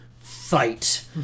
Fight